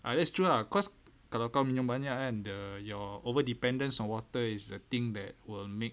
ah that's true lah cause kalau kau minum banyak kan the you're over dependence on water is the thing that will make